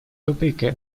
тупике